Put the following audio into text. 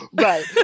Right